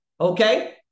Okay